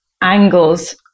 angles